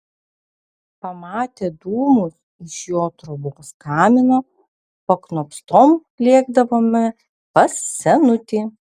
pamatę dūmus iš jo trobos kamino paknopstom lėkdavome pas senutį